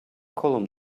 column